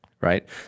Right